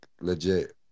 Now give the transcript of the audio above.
legit